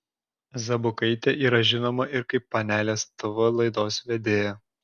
zabukaitė yra žinoma ir kaip panelės tv laidos vedėja